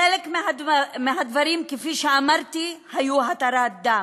חלק מהדברים, כפי שאמרתי, היו התרת דם,